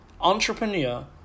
entrepreneur